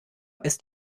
ist